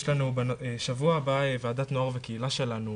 יש לנו שבוע הבא וועדת נוער וקהילה שלנו,